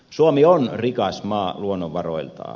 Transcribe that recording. suomi on rikas maa luonnonvaroiltaan